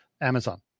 amazon